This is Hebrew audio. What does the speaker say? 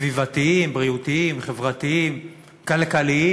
סביבתיים, בריאותיים, חברתיים, כלכליים,